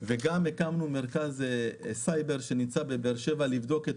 וגם הקמנו מרכז סייבר שנמצא בבאר-שבע לבדוק את